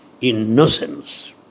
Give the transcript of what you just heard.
innocence